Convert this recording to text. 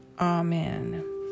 Amen